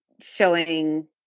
showing